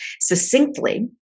succinctly